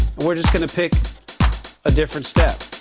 we're just going to pick a different step.